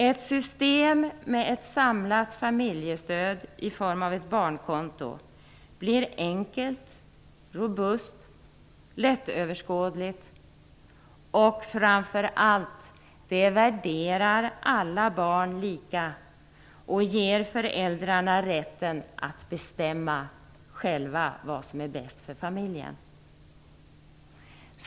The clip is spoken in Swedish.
Ett system med ett samlat familjestöd i form av ett barnkonto blir enkelt, robust, lättöverskådligt och framför allt värderar det alla barn lika och ger föräldrarna rätten att själva bestämma vad som är bäst för familjen.